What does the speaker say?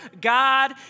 God